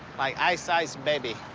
like, ice ice baby.